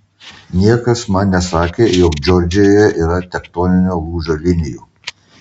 niekas man nesakė jog džordžijoje yra tektoninio lūžio linijų